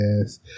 Yes